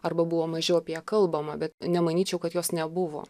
arba buvo mažiau apie ją kalbama bet nemanyčiau kad jos nebuvo